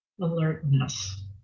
alertness